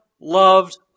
loved